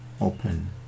open